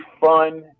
fun